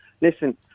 listen